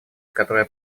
которая